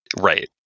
right